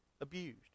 abused